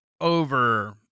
over